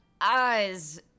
eyes